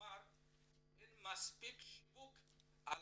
כלומר אין מספיק שיווק על